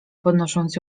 podnosząc